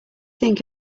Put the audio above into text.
think